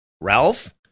Ralph